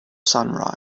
sunrise